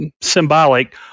symbolic